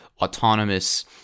autonomous